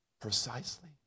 Precisely